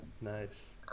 nice